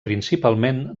principalment